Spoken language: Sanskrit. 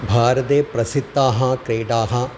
भारते प्रसिद्धाः क्रीडाः